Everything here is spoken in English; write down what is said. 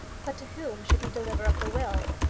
but to whom should he deliver up the will,